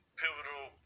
pivotal